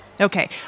Okay